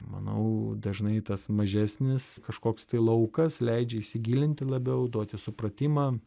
manau dažnai tas mažesnis kažkoks tai laukas leidžia įsigilinti labiau duoti supratimą